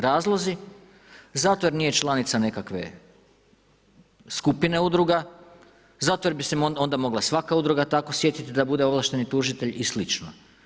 Razlozi, zato jer nije članica nekakve skupina udruga zato jer bi se onda mogla svaka udruga tako osjetiti da bude ovlašteni tužitelj i sl.